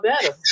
better